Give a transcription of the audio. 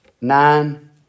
nine